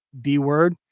B-word